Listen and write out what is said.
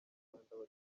batuye